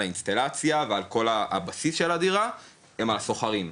האינסטלציה ועל הבסיס של הדירה הם על השוכרים.